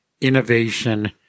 Innovation